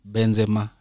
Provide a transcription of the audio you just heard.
Benzema